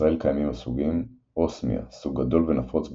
בישראל קיימים הסוגים אוסמיה – סוג גדול ונפוץ,